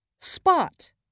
Spot